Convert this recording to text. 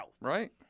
Right